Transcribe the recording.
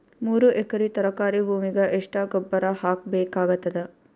ಮೂರು ಎಕರಿ ತರಕಾರಿ ಭೂಮಿಗ ಎಷ್ಟ ಗೊಬ್ಬರ ಹಾಕ್ ಬೇಕಾಗತದ?